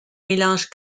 mélange